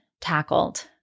tackled